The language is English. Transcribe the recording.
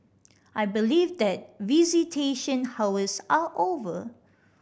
I believe that visitation hours are over